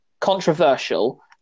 controversial